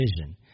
vision